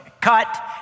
cut